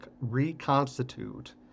reconstitute